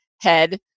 head